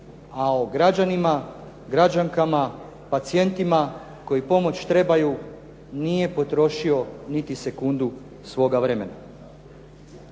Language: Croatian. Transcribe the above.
a o građanima, građankama, pacijentima koji pomoć trebaju nije potrošio niti sekundu svojega vremena.